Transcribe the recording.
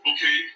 Okay